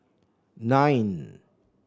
nine